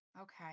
Okay